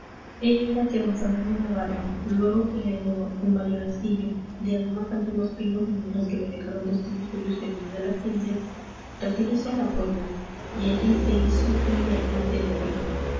ello era que d fernando navarro luego que heredó el mayorazguillo y además algunos pingües dineros que le dejaron dos tíos suyos venidos de las indias retirose a la puebla y allí se hizo un d juan tenorio